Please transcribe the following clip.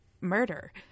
murder